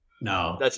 No